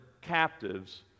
captives